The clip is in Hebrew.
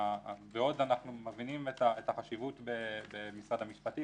ובעוד אנחנו מבינים את החשיבות במשרד המשפטים